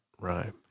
Rhyme